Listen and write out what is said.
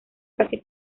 casi